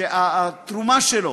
שהתרומה שלו